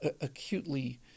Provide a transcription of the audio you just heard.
acutely